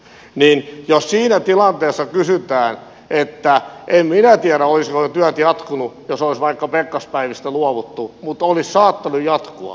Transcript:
niin no siinä tilanteessa kysytään että en minä tiedä olisivatko ne työt jatkuneet jos olisi vaikka pekkaspäivistä luovuttu mutta olisivat saattaneet jatkua